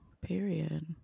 Period